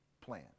plan